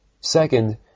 Second